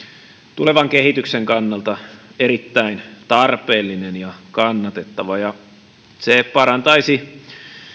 tulevan kehityksen kannalta erittäin tarpeellinen ja kannatettava se parantaisi